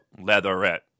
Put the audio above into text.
Leatherette